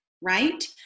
right